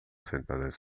sentadas